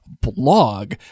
blog